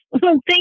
Thank